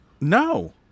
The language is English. No